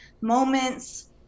moments